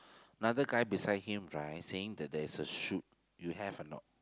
another guy beside him right saying that there is a shoot you have or not